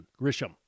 Grisham